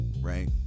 right